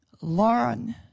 Lauren